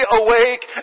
awake